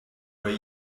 way